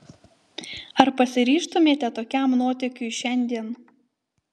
ar pasiryžtumėte tokiam nuotykiui šiandien